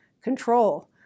control